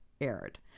aired